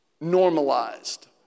normalized